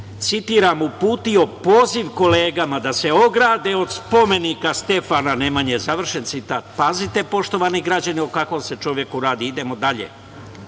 citiram: „Uputio poziv kolegama da se ograde od spomenika Stefana Nemanje.“, završen citat. Pazite, poštovani građani o kakvom se čoveku radi. Idemo dalje. Ta